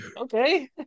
Okay